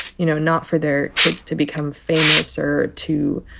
you know, not for their kids to become famous or to,